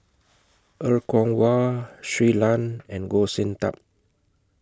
Er Kwong Wah Shui Lan and Goh Sin Tub